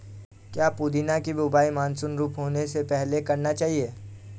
क्या पुदीना की बुवाई मानसून शुरू होने से पहले करना चाहिए?